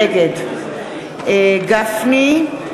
נגד משה גפני,